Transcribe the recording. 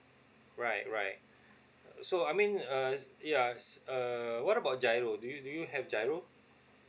right right so I mean uh yeah uh what about giro do you do you have giro